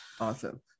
Awesome